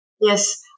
Yes